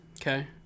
Okay